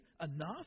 enough